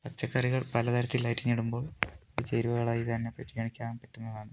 പച്ചക്കറികൾ പല തരത്തിൽ അരിഞ്ഞിടുമ്പോൾ അത് ചേരുവകളായി തന്നെ പരിഗണിക്കാൻ പറ്റുന്നതാണ്